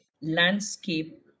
landscape